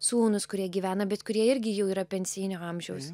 sūnus kurie gyvena bet kurie irgi jau yra pensinio amžiaus